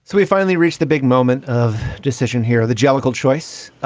so we finally reached the big moment of decision here, the jellicoe choice.